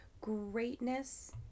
greatness